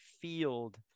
field